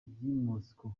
moscow